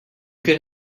could